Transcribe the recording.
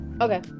Okay